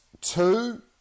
Two